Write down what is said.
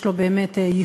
יש לו באמת ייחוד,